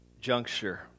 juncture